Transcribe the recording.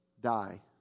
die